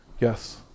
Yes